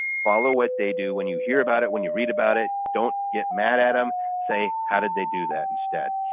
follow what they do when you hear about it, when you read about it, don't get mad at them. say how did they do that instead.